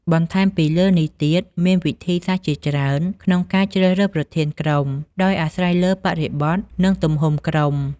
បន្ថែមពីលើនេះទៀតមានវិធីសាស្រ្តជាច្រើនក្នុងការជ្រើសរើសប្រធានក្រុម ដោយអាស្រ័យលើបរិបទ និងទំហំក្រុម។